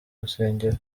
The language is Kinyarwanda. rusengero